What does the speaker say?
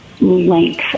length